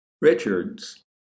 Richard's